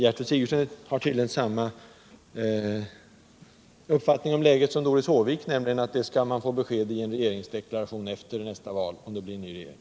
Gertrud Sigurdsen har tydligen samma uppfattning om läget som Doris Håvik, nämligen att det skall ges besked i en regeringsdeklaration efter nästa val - om det då blir en ny regering.